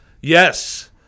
Yes